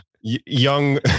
young